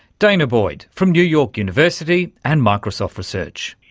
danah boyd from new york university and microsoft research.